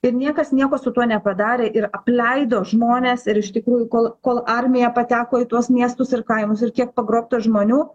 ir niekas nieko su tuo nepadarė ir apleido žmones ir iš tikrųjų kol kol armija pateko į tuos miestus ir kaimus ir kiek pagrobta žmonių